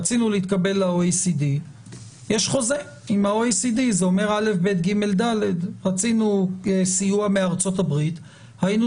רצינו להתקבל ל-OECD יש חוזה; רצינו סיוע מארצות-הברית היינו